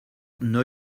neu